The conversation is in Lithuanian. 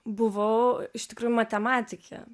buvau iš tikrųjų matematikė